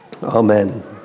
Amen